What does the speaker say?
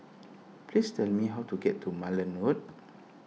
please tell me how to get to Malan Road